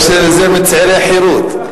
או של זה מצעירי חרות.